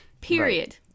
Period